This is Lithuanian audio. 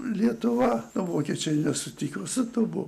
lietuva vokiečiai nesutiko su tuo buvo